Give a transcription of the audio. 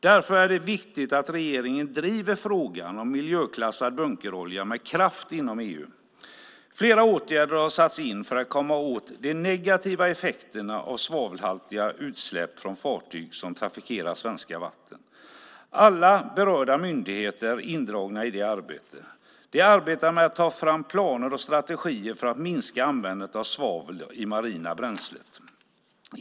Därför är det viktigt att regeringen inom EU med kraft driver frågan om miljöklassad bunkerolja. Flera åtgärder har satts in för att komma åt de negativa effekterna av svavelhaltiga utsläpp från fartyg som trafikerar svenska vatten. Alla berörda myndigheter är indragna i det arbetet. De arbetar med att ta fram planer och strategier för att minska användandet av svavel i det marina bränslet.